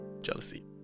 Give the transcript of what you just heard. Jealousy